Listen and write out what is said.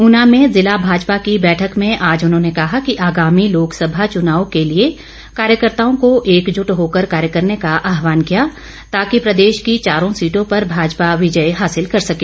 ऊना में जिला भाजपा की बैठक में आज उन्होंने कहा कि आगामी लोकसभा चुनाव के लिए कार्यकर्ताओं को एकजुट होकर कार्य करने का आहवान किया ताकि प्रदेश की चारों सीटों पर भाजपा विजय हासिल कर सके